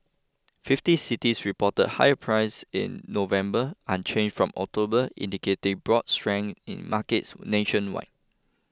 fifty cities reported higher prices in November unchanged from October indicating broad strength in markets nationwide